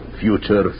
Future